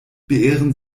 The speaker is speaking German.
beehren